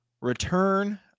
Return